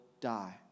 die